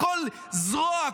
כל זרוע,